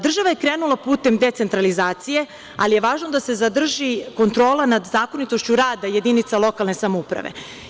Država je krenula putem decentralizacije, ali je važno da se zadrži kontrola nad zakonitošću rada jedinica lokalne samouprave.